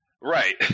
right